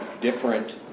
different